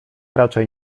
raczej